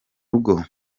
rugo